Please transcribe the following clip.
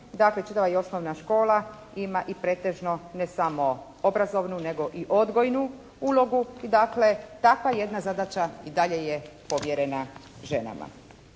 dakle čitava i osnovna škola ima i pretežno ne samo obrazovnu nego i odgojnu ulogu i dakle takva jedna zadaća i dalje je povjerena ženama.